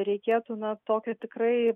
reikėtų na tokio tikrai